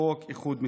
חוק איחוד משפחות.